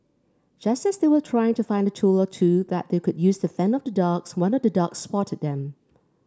just as they were trying to find a tool or two that they could use to fend off the dogs one of the dogs spotted them